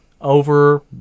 over